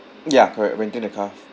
ya correct renting the car